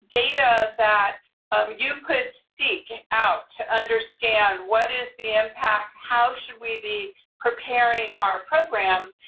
data that you could seek out to understand what is the impact? how should we be preparing our program,